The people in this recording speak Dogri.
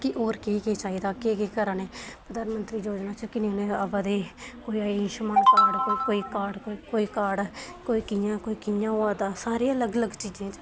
कि होर केह् केह् चाहिदा होर केह् केह् कराने प्रधानमंत्री योजना च किन्ने जने बधे आयुष्मान कार्ड कोई कार्ड कोई कि'यां कोई कि'यां होआ दा सारें अलग अलग चीजें बास्तै